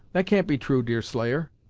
that can't be true, deerslayer!